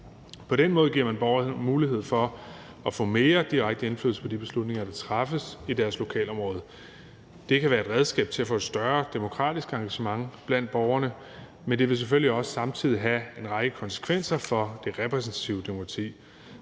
På den måde giver man borgerne mulighed for at få mere direkte indflydelse på de beslutninger, der træffes i deres lokalområde. Det kan være et redskab til at få større demokratisk engagement blandt borgerne, men det vil selvfølgelig også samtidig have en række konsekvenser for det repræsentative demokrati.